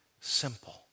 simple